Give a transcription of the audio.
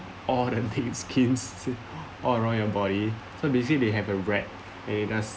all the dead skins all around your body so basically they have a rate that they just